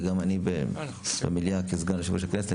וגם אני במליאה כסגן יושב-ראש הכנסת.